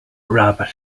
rabbit